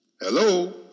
Hello